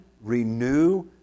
renew